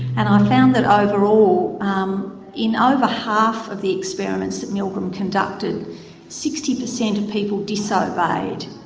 and i found that overall um in ah over half of the experiments that milgram conducted sixty percent of people disobeyed.